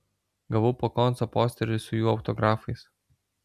gavau po konco posterį su jų autografais